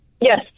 Yes